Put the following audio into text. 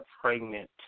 pregnant